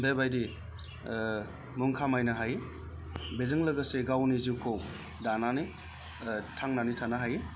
बेबादि मुं खामायनो हायो बेजों लोगोसे गावनि जिउखौ दानानै थांनानै थानो हायो